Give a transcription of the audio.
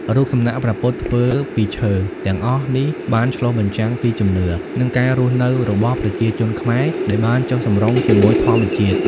រូបសំណាកព្រះពុទ្ធធ្វើពីឈើទាំងអស់នេះបានឆ្លុះបញ្ចាំងពីជំនឿ និងការរស់នៅរបស់ប្រជាជនខ្មែរដែលបានចុះសម្រុងជាមួយធម្មជាតិ។